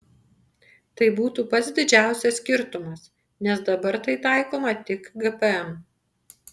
tai būtų pats didžiausias skirtumas nes dabar tai taikoma tik gpm